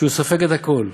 שהוא סופג את הכול,